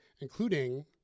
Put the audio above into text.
including